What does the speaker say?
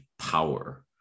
power